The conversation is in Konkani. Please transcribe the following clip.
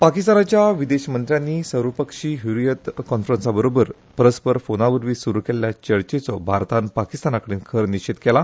पाकिस्तानाचे विदेश मंत्र्यानी सर्वपक्षिय हरियत कॉन्फरंसाबरोबर परस्पर फॉनावरवी सुरू केल्ल्या चर्चेचो भारतान पाकिस्तानाकडेन खंर निषेध नोंद केला